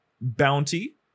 Bounty